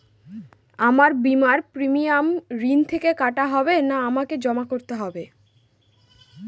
আমার বিমার প্রিমিয়াম ঋণ থেকে কাটা হবে না আমাকে জমা করতে হবে?